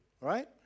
right